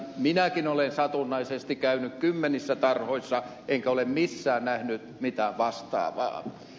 minäkin olen satunnaisesti käynyt kymmenissä tarhoissa enkä ole missään nähnyt mitään vastaavaa